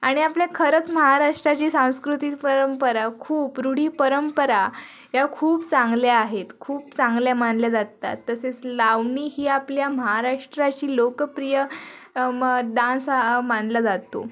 आणि आपल्या खरंच महाराष्ट्राची सांस्कृतिक परंपरा खूप रूढी परंपरा या खूप चांगल्या आहेत खूप चांगल्या मानल्या जातात तसेच लावणी ही आपल्या महाराष्ट्राची लोकप्रिय म डान्स हा मानला जातो